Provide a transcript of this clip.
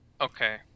Okay